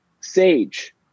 Sage